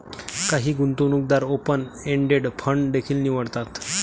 काही गुंतवणूकदार open ended fund देखील निवडतात